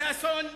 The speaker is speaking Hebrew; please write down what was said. זה אסון אישי.